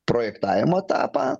projektavimo etapą